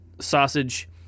sausage